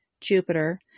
Jupiter